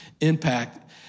impact